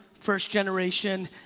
first generation,